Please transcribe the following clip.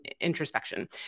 introspection